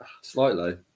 Slightly